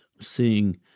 seeing